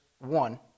One